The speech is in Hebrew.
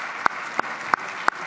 (מחיאות כפיים)